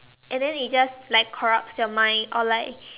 and then it just like corrupts your mind or like